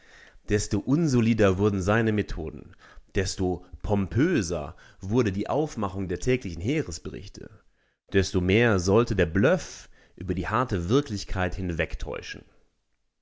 desto unsolider wurden seine methoden desto pompöser wurde die aufmachung der täglichen heeresberichte desto mehr sollte der bluff über die harte wirklichkeit hinwegtäuschen